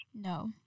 no